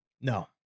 No